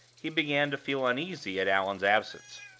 he began to feel uneasy at allan's absence.